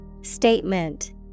Statement